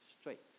straight